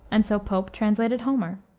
and so pope translated homer.